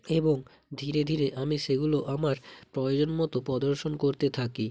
এবং ধীরে ধীরে আমি সেগুলো আমার প্রয়োজনমতো প্রদর্শন করতে থাকি